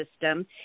system